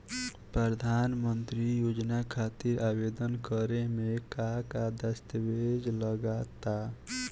प्रधानमंत्री योजना खातिर आवेदन करे मे का का दस्तावेजऽ लगा ता?